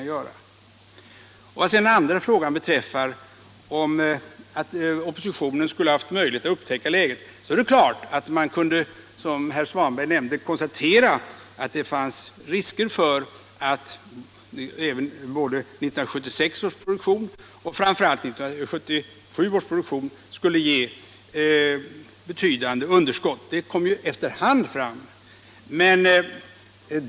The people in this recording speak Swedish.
; Vad sedan beträffar den andra frågan om att oppositionen skulle ha haft möjlighet att upptäcka läget är det klart att man som herr Svanberg nämnde kunde konstatera att det fanns risker för att både 1976 års produktion och, framför allt, 1977 års produktion skulle ge betydande underskott. Detta kom efter hand fram.